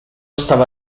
stava